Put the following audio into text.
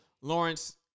Lawrence